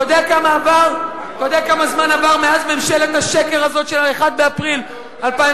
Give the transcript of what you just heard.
אתה יודע כמה זמן עבר מאז קמה ממשלת השקר הזאת של 1 באפריל 2009?